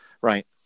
Right